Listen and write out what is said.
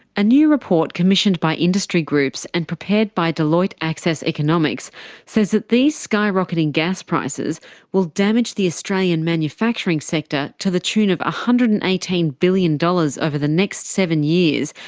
a new report commissioned by industry groups and prepared by deloitte access economics says that these skyrocketing gas prices will damage the australian manufacturing sector to the tune of one hundred and eighteen billion dollars over the next seven years,